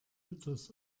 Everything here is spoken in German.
mythos